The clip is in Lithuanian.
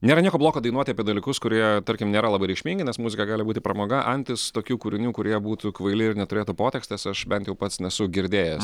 nėra nieko bloko dainuoti apie dalykus kurie tarkim nėra labai reikšmingi nes muzika gali būti pramoga antis tokių kūrinių kurie būtų kvaili ir neturėtų potekstės aš bent jau pats nesu girdėjęs